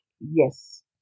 yes